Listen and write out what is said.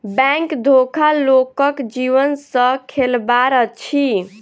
bank धोखा लोकक जीवन सॅ खेलबाड़ अछि